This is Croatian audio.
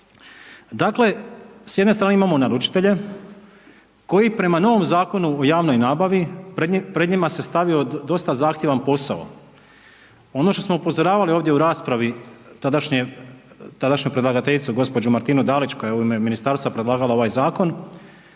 Dakle, s jedne strane imamo naručitelje koji prema novom Zakonu o javnoj nabavi, pred njima se stavio dosta zahtjevan posao. Ono što smo upozoravali ovdje u raspravi tadašnje, tadašnje predlagateljicu gospođu Martinu Dalić koja je u ime ministarstva predlagala ovaj zakon,